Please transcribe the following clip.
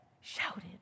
shouted